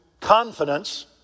confidence